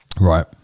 Right